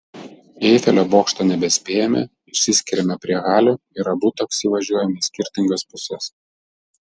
į eifelio bokštą nebespėjame išsiskiriame prie halių ir abu taksi važiuojame į skirtingas puses